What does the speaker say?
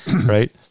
right